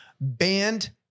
banned